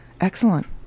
excellent